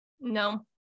No